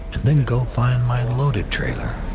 and then go find my loaded trailer.